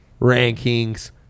rankings